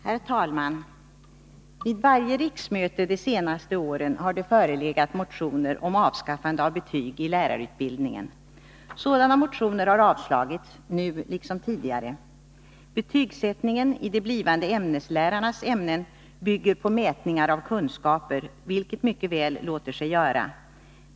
Herr talman! Vid varje riksmöte de senaste åren har det förelegat motioner om avskaffande av betyg i lärarutbildningen. Sådana motioner har avslagits, nu liksom tidigare. 63 Betygsättningen i de blivande ämneslärarnas ämnen bygger på mätningar av kunskaper, vilket mycket väl låter sig göra.